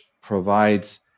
provides